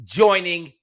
joining